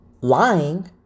Lying